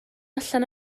allan